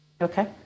Okay